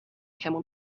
camel